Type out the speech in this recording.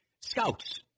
scouts